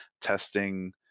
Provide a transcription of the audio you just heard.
testing